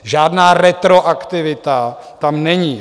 Žádná retroaktivita tam není.